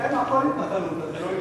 בשבילכם הכול זה התנחלות.